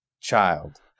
child